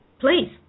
Please